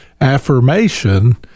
affirmation